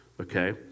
Okay